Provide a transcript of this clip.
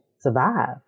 survive